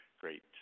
great